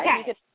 Okay